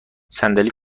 صندلی